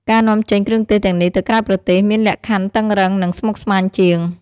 ការនាំចេញគ្រឿងទេសទាំងនេះទៅក្រៅប្រទេសមានលក្ខខណ្ឌតឹងរ៉ឹង និងស្មុគស្មាញជាង។